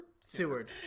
Seward